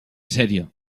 serio